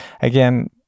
again